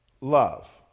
love